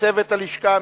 ולצוות הלשכה המשפטית,